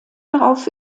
darauf